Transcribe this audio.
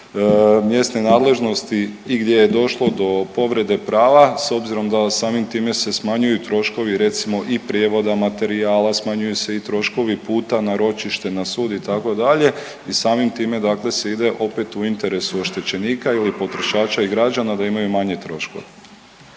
mjesne nadležnosti i gdje je došlo do povrede prava s obzirom da samim time se smanjuju troškovi recimo i prijevoda materijala, smanjuju se i troškovi puta na ročište, na sud itd. I samim time, dakle se ide opet u interesu oštećenika ili potrošača i građana da imaju manje troškove.